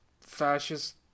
fascist